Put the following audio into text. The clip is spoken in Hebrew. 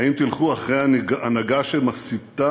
האם תלכו אחרי הנהגה שמסיתה,